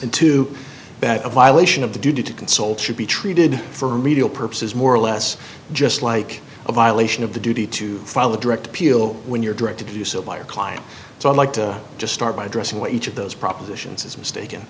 duty to consult should be treated for medial purposes more or less just like a violation of the duty to file a direct appeal when you're directed to do so by your client so i'd like to just start by addressing what each of those propositions is mistaken